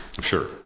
sure